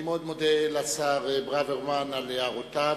אני מאוד מודה לשר ברוורמן על הערותיו.